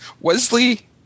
Wesley